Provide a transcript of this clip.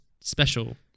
special